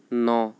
ন